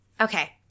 Okay